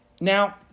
Now